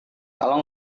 kalau